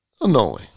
Annoying